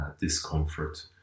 discomfort